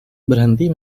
berhenti